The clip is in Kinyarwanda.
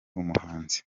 umuhanzi